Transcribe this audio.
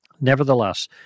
Nevertheless